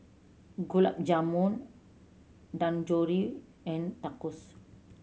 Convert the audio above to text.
Gulab Jamun Dangojiru and Tacos